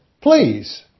Please